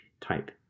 type